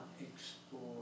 explore